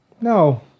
No